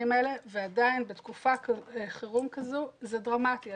האלה; ועדיין בתקופת חירום כזו זה דרמטי.